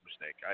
mistake